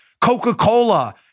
Coca-Cola